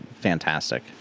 fantastic